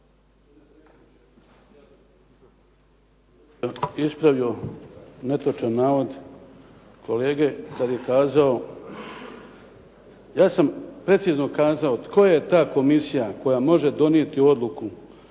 bih ispravio netočan navod kolege, kada je kazao, ja sam precizno kazao tko je ta komisija koja može donijeti odluku